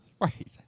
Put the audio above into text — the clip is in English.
right